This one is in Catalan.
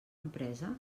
empresa